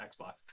Xbox